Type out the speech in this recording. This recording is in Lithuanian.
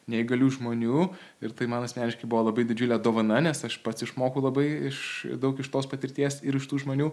neįgalių žmonių ir tai man asmeniškai buvo labai didžiulė dovana nes aš pats išmokau labai iš daug iš tos patirties ir iš tų žmonių